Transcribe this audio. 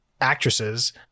actresses